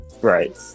Right